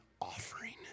offering